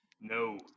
No